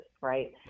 right